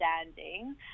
understanding